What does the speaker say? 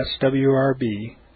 swrb